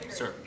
Sir